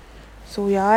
so ya lah that one quite